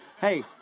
Hey